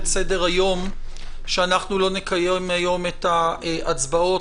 סדר-היום שאנחנו לא נקיים היום את ההצבעות,